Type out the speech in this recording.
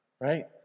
right